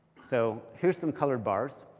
so here's some colored bars.